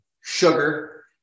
sugar